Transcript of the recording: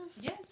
Yes